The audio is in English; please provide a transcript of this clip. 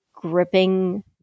gripping